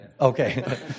Okay